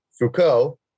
Foucault